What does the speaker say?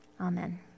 Amen